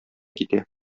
китә